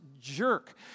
jerk